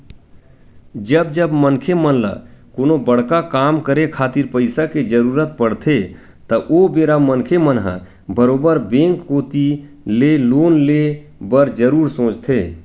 जब जब मनखे मन ल कोनो बड़का काम करे खातिर पइसा के जरुरत पड़थे त ओ बेरा मनखे मन ह बरोबर बेंक कोती ले लोन ले बर जरुर सोचथे